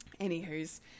Anywho's